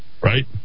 Right